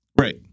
Right